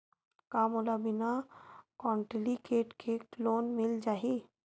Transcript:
का मोला बिना कौंटलीकेट के लोन मिल जाही?